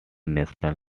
national